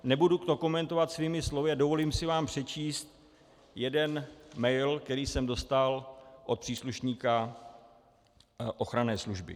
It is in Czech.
Nebudu to komentovat svými slovy, ale dovolím si vám přečíst jeden mail, který jsem dostal od příslušníka ochranné služby: